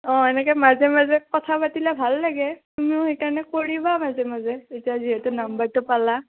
অঁ এনেকে মাজে মাজে কথা পাতিলে ভাল লাগে তুমিও সেইকাৰণে কৰিবা মাজে মাজে এতিয়া যিহেতু নাম্বাৰটো পালা